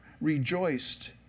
rejoiced